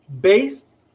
based